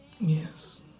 Yes